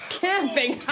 camping